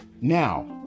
Now